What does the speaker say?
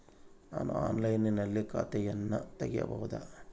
ನಾನು ಆನ್ಲೈನಿನಲ್ಲಿ ಖಾತೆಯನ್ನ ತೆಗೆಯಬಹುದಾ?